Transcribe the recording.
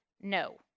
no